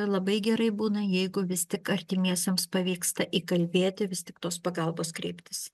labai gerai būna jeigu vis tik artimiesiems pavyksta įkalbėti vis tik tos pagalbos kreiptis